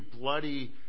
bloody